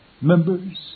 members